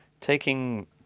taking